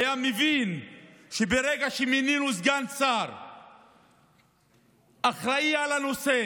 הוא היה מבין שברגע שמינינו סגן שר אחראי על הנושא